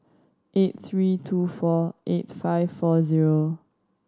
eight three two four eight five four zero